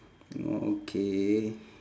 okay